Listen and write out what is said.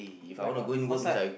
like what massage